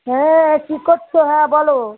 হ্যাঁ কি করছো হ্যাঁ বলো